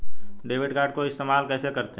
Debit card को इस्तेमाल कैसे करते हैं?